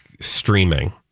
streaming